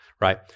right